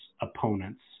opponents